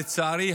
לצערי,